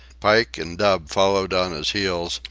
pike and dub followed on his heels,